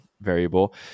variable